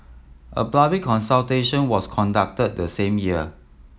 a public consultation was conducted the same year